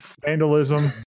Vandalism